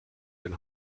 den